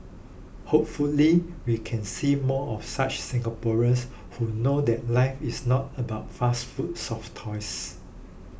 hopefully we can see more of such Singaporeans who know that life is not about fast food soft toys